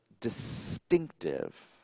distinctive